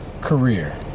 career